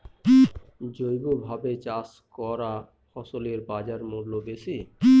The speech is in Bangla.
জৈবভাবে চাষ করা ফসলের বাজারমূল্য বেশি